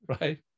right